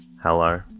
Hello